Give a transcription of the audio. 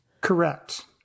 Correct